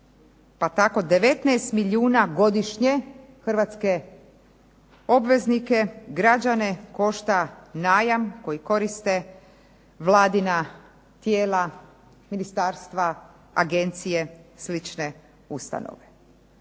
19 milijuna godišnje hrvatske obveznike, građane košta najam koji koriste Vladina tijela, ministarstva, agencije, slične ustanove.